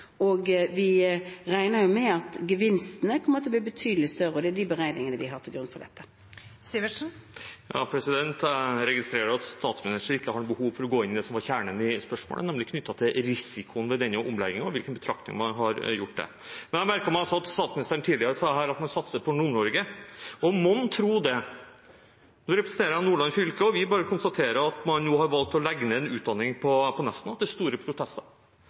Vi regner med at gevinsten kommer til å bli betydelig større, og det er de beregningene vi har lagt til grunn for dette. Eirik Sivertsen – til oppfølgingsspørsmål. Jeg registrerer at statsministeren ikke har noe behov for å gå inn i det som var kjernen i spørsmålet, nemlig risikoen ved denne omleggingen og hvilke betraktninger man har gjort der. Jeg merket meg også at statsministeren tidligere sa her at man satser på Nord-Norge. Mon tro det. Nå representerer jeg Nordland fylke, og vi bare konstaterer at man nå har valgt å legge ned en utdanning på